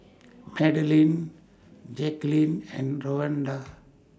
Magdalene and Lavonda